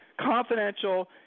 confidential